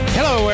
Hello